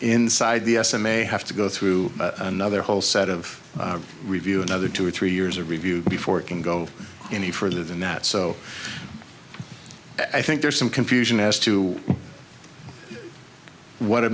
inside the s m a have to go through another whole set of review another two or three years of review before it can go any further than that so i think there's some confusion as to what a